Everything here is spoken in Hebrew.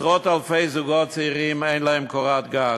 עשרות זוגות צעירים, אין להם קורת-גג.